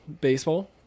baseball